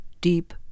deep